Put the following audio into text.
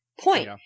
point